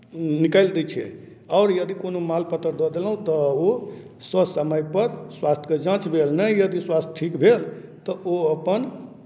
निकालि दै छै आओर यदि कोनो माल पत्तर दऽ देलहुँ तऽ ओ स समयपर स्वास्थ्यके जाँच भेल नहि यदि स्वास्थ्य ठीक भेल तऽ ओ अपन